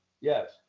Yes